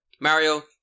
Mario